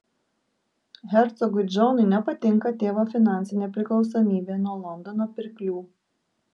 hercogui džonui nepatinka tėvo finansinė priklausomybė nuo londono pirklių